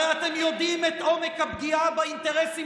הרי אתם יודעים את עומק הפגיעה באינטרסים